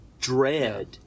dread